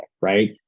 right